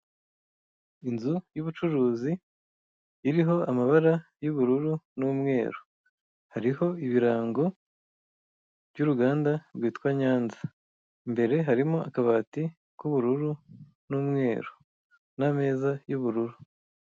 Inzu y'ubucuruzi iriho amabara y'ubururu n'umweru. Hariho ibirango by'uruganda rwitwa Nyanza. Imbere harimo akabati k'ubururu n'umweru n'ameza y'ubururu.